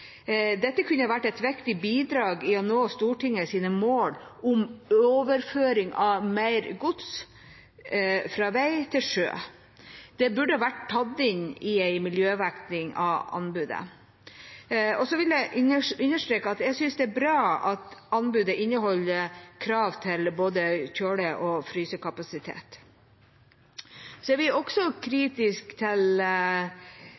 Dette kunne vært et viktig bidrag til å nå Stortingets mål om overføring av mer gods fra vei til sjø. Det burde vært tatt inn i en miljøvekting av anbudet. Men jeg vil understreke at jeg synes det er bra at anbudet inneholder krav til både kjøle- og frysekapasitet. Vi er også